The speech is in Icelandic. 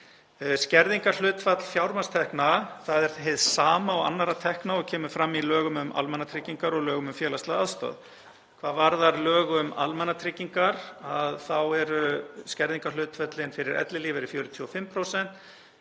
Skerðingarhlutfall fjármagnstekna það er hið sama og annarra tekna og kemur fram í lögum um almannatryggingar og lögum um félagslega aðstoð. Hvað varðar lög um almannatryggingar þá eru skerðingarhlutföllin fyrir ellilífeyri 45%,